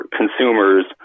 consumers